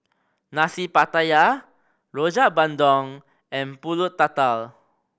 Nasi Pattaya Rojak Bandung and Pulut Tatal